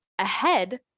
ahead